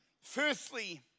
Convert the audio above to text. Firstly